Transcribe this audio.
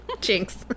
Jinx